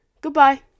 goodbye